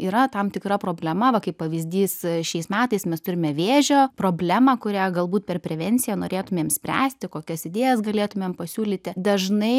yra tam tikra problema va kaip pavyzdys šiais metais mes turime vėžio problemą kurią galbūt per prevenciją norėtumėm spręsti kokias idėjas galėtumėm pasiūlyti dažnai